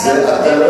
היא לידה מוקדמת.